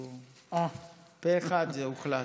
פה אחד זה הוחלט.